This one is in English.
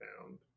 found